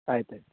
ಆಯ್ತು ಆಯ್ತು